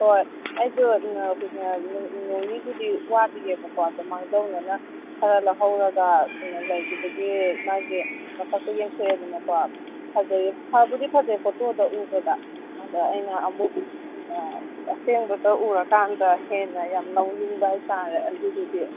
ꯍꯣꯏ ꯑꯩꯗꯣ ꯅꯣꯡ ꯅꯤꯅꯤꯕꯨꯗꯤ ꯋꯥꯠꯂꯤꯌꯦꯕꯀꯣ ꯑꯗꯣ ꯃꯥꯡꯖꯧꯅꯅ ꯈꯔ ꯂꯧꯍꯧꯔꯒ ꯀꯩꯅꯣ ꯂꯩꯒꯤꯕꯒꯤ ꯃꯥꯒꯤ ꯃꯁꯛꯇꯣ ꯌꯦꯡꯊꯣꯛꯑꯦꯗꯅꯀꯣ ꯐꯖꯩ ꯐꯕꯨꯗꯤ ꯐꯖꯩ ꯐꯣꯇꯣꯗ ꯎꯕꯗ ꯑꯗ ꯑꯩꯅ ꯑꯃꯨꯛ ꯑꯁꯦꯡꯕꯗ ꯎꯔꯀꯥꯟꯗ ꯍꯦꯟꯅ ꯌꯥꯝ ꯂꯧꯅꯤꯡꯕ ꯍꯥꯏ ꯇꯥꯔꯦ ꯑꯗꯨꯗꯨꯒꯤ